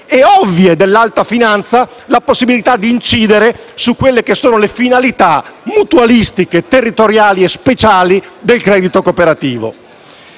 e ovvie dell'alta finanza, la possibilità di incidere sulle finalità mutualistiche, territoriali e speciali del credito cooperativo.